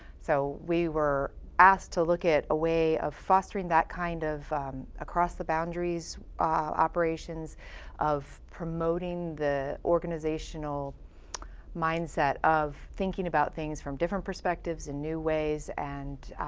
so, we were asked to look at a way of fostering that kind of across the boundaries operations of promoting the organizational mindset of thinking about things from different perspectives, in new ways and,